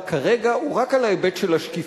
כרגע הוא רק על ההיבט של השקיפות.